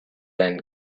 than